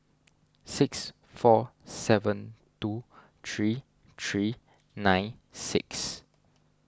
six four seven two three three nine six